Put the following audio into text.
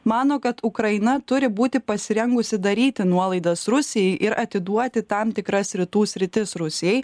mano kad ukraina turi būti pasirengusi daryti nuolaidas rusijai ir atiduoti tam tikras rytų sritis rusijai